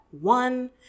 one